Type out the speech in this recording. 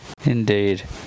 Indeed